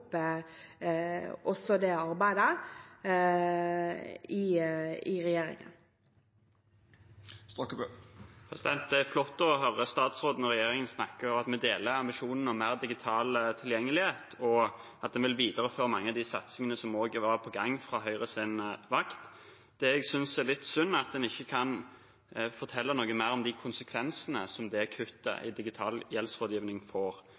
deler ambisjonene om mer digital tilgjengelighet, og at en vil videreføre mange av de satsingene som også var på gang på Høyres vakt. Det jeg synes er litt synd, er at en ikke kan fortelle noe mer om de konsekvensene som det kuttet i digital gjeldsrådgivning får.